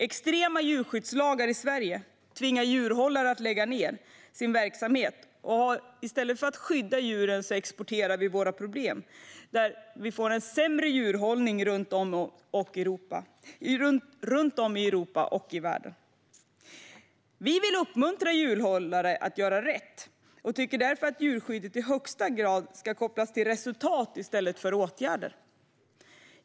Extrema djurskyddslagar i Sverige tvingar djurhållare att lägga ned sin verksamhet, och i stället för att skydda djuren exporterar vi våra problem och får en sämre djurhållning runt om i Europa och i världen. Vi vill uppmuntra djurhållare i Sverige att göra rätt och tycker därför att djurskyddet i högre utsträckning ska kopplas till resultat i stället för till åtgärder.